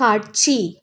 காட்சி